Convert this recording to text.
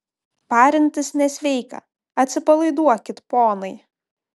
parintis nesveika atsipalaiduokit ponai